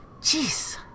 Jeez